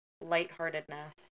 lightheartedness